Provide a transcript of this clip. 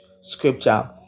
scripture